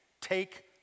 take